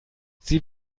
sie